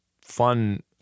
fun